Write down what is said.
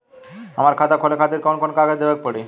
हमार खाता खोले खातिर कौन कौन कागज देवे के पड़ी?